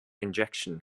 injection